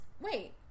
wait